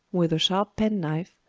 with a sharp penknife,